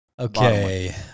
Okay